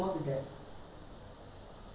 keegan கத்துக்குடுக்குனும்:katthukkudukkunum